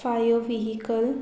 fire vehicle